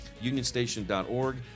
unionstation.org